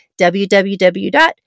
www